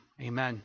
Amen